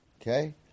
Okay